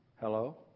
Hello